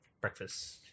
Breakfast